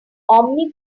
omni